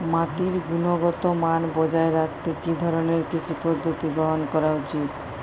মাটির গুনগতমান বজায় রাখতে কি ধরনের কৃষি পদ্ধতি গ্রহন করা উচিৎ?